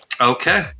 Okay